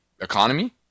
economy